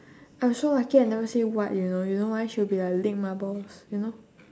I'm so lucky I never say what you know you know why she'll be like ligma balls you know